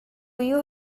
you